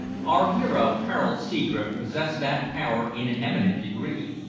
our hero, harold seadrift possessed that power in an eminent degree,